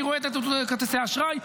אני רואה את נתוני כרטיסי האשראי,